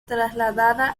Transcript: trasladada